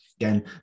Again